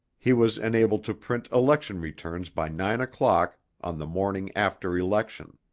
he was enabled to print election returns by nine o'clock on the morning after election.